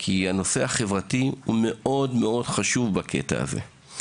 כי הנושא החברתי הוא מאוד מאוד חשוב בקטע הזה.